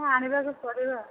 ହଁ ଆଣିବାକୁ ପଡ଼ିବ